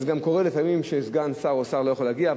אז גם קורה לפעמים שסגן שר או שר לא יכולים להגיע,